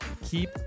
Keep